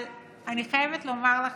אבל אני חייבת לומר לכם,